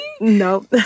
No